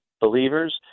believers